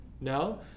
no